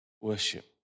worship